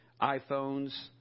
iPhones